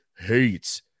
hates